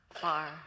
far